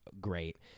great